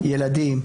ילדים,